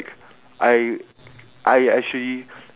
on the first day when I bought my first gaming computer